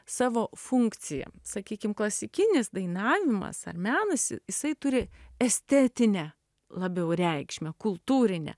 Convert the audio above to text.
savo funkciją sakykim klasikinis dainavimas ar menas jisai turi estetinę labiau reikšmę kultūrinę